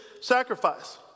sacrifice